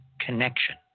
connection